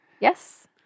Yes